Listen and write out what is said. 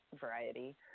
variety